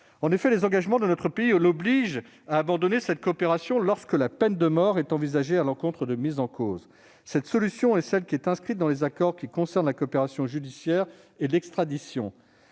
En effet, les engagements de notre pays l'obligent à abandonner une coopération lorsque la peine de mort est envisagée à l'encontre de personnes mises en cause. Ce principe est inscrit dans les accords relatifs à la coopération judiciaire et l'extradition.